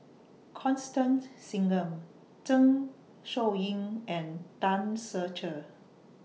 Constance Singam Zeng Shouyin and Tan Ser Cher